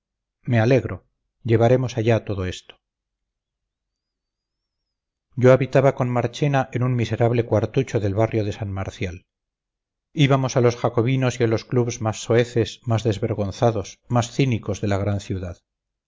me alegro llevaremos allá todo esto yo habitaba con marchena en un miserable cuartucho del barrio de san marcial íbamos a los jacobinos y a los clubs más soeces más desvergonzados más cínicos de la gran ciudad